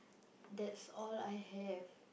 that's all I have